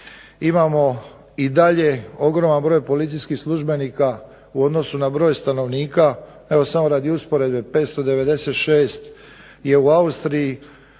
imamo i dalje ogroman broj policijskih službenika u odnosu na broj stanovnika. Evo samo radi usporedbe 596 je u Austriji,